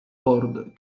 ford